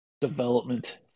development